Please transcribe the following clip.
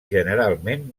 generalment